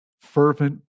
fervent